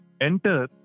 enter